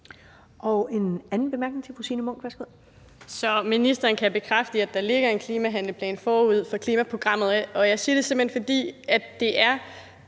Signe Munk. Værsgo. Kl. 13:06 Signe Munk (SF): Så ministeren kan bekræfte, at der ligger en klimahandleplan forud for klimaprogrammet. Og jeg siger det, simpelt hen fordi det er